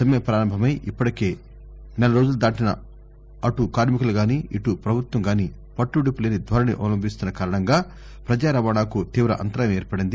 సమ్మె పారంభమై ఇప్పటికే నెలరోజులు దాటిన అటు కార్మికులు గాని ఇటు పభుత్వం గానీ పట్టు విడుపు లేని ధోరణి అవలంభిస్తున్న కారణంగా ప్రజారవాణాకు తీవ అంతరాయం ఏర్పడింది